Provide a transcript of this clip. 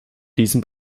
diesen